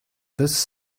this